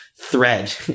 thread